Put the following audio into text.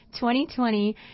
2020